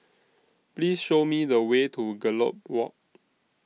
Please Show Me The Way to Gallop Walk